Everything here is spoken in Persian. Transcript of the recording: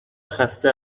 خسته